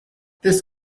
this